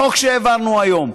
החוק שהעברנו היום,